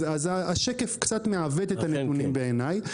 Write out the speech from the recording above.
אז השקף קצת מעוות את הנתונים בעיניי.